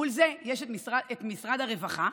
מול זה יש את משרד הרווחה,